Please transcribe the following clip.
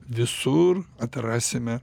visur atrasime